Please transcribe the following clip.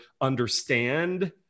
understand